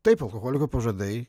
taip alkoholiko pažadai